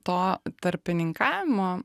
to tarpininkavimo